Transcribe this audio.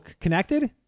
connected